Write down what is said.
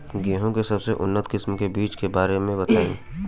गेहूँ के सबसे उन्नत किस्म के बिज के बारे में बताई?